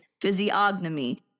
physiognomy